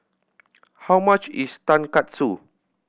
how much is Tonkatsu